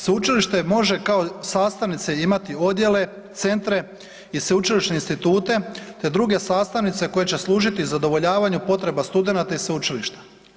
Sveučilište može kao sastavnice imati odjele, centra i sveučilišne institute te druge sastavnice koje će služiti zadovoljavanju potreba studenata i sveučilišta.